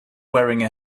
wearing